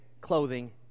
clothing